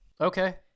Okay